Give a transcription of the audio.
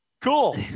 cool